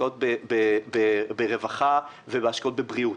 השקעות ברווחה והשקעות בבריאות,